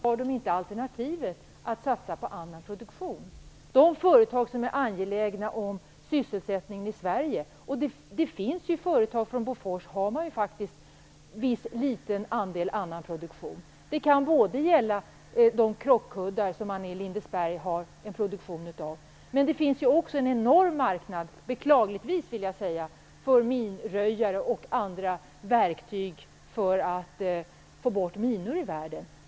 Fru talman! Varför, Lars Hjertén, har företagen inte alternativet att satsa på annan produktion om de är angelägna om sysselsättningen i Sverige? Det finns företag, t.ex. Bofors, som har en viss liten andel annan produktion. Det kan gälla de krockkuddar som man producerar i Lindesberg. Men det finns också en enorm marknad i världen - beklagligtvis, vill jag säga - för minröjare och andra verktyg för att få bort minor.